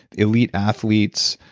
elite athletes,